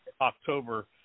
October